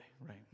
right